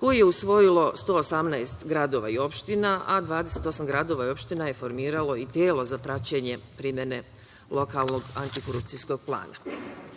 koji je usvojilo 118 gradova i opština, a 28 gradova i opština je formiralo i telo za praćenje primene lokalnog antikorupcijskog plana. Kako